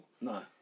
No